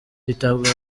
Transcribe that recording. hitabazwa